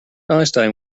einstein